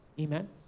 Amen